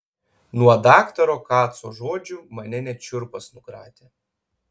nuo daktaro kaco žodžių mane net šiurpas nukratė